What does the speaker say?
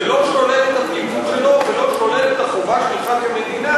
זה לא שולל את הפליטות שלו ולא שולל את החובה שלך כמדינה לקלוט אותו.